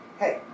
Hey